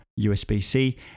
USB-C